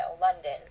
London